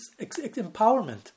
empowerment